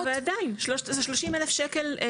אבל עדיין זה 30 אלף שקל,